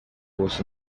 was